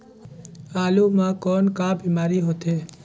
आलू म कौन का बीमारी होथे?